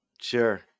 Sure